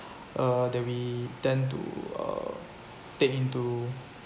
uh that we tend to uh take into